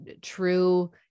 true